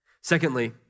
Secondly